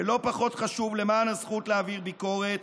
ולא פחות חשוב, למען הזכות להעביר ביקורת,